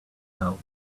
tell